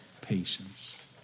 patience